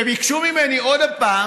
ביקשו ממני עוד פעם